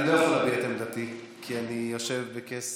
אני לא יכול להביע את עמדתי כי אני יושב בכס